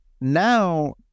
Now